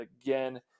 again